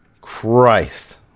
Christ